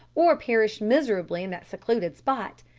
or perish miserably in that secluded spot,